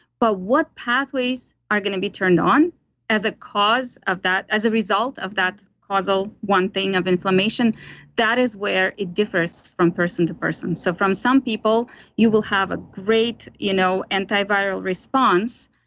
but what pathways are going to be turned on as a cause of that, as a result of that causal, one thing of inflammation that is where it differs from person to person. so from some people you will have a great you know antiviral response,